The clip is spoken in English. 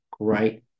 great